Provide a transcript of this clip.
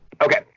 Okay